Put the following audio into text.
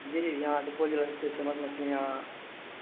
جی جی یہاں سپول ضلع میں صرف فیمس مچھلیاں یہاں